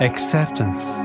Acceptance